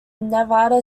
nevada